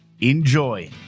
Enjoy